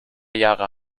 jahre